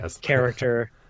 character